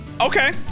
Okay